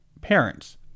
parents